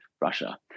Russia